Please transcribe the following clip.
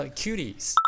cuties